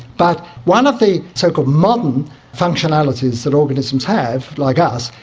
but one of the so-called modern functionalities that organisms have, like us,